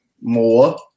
more